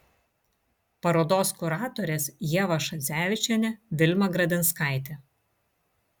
parodos kuratorės ieva šadzevičienė vilma gradinskaitė